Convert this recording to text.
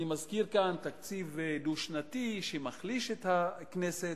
אני מזכיר כאן תקציב דו-שנתי שמחליש את הכנסת.